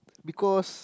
because